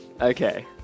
Okay